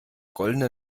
goldene